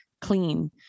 Clean